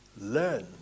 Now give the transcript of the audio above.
Learn